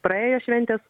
praėjo šventės